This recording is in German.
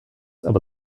aber